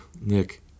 Nick